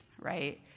right